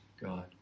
God